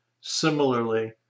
Similarly